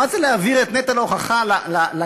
מה זה להעביר את נטל ההוכחה לנתבע?